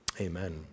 amen